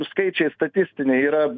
skaičiai statistiniai yra